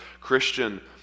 Christian